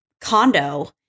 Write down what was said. condo